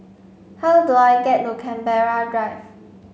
how do I get to Canberra Drive